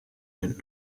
and